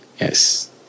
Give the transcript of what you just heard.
Yes